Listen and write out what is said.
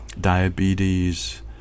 diabetes